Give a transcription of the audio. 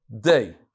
Day